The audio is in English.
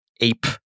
Ape